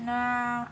nah